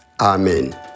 Amen